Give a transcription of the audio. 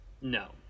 no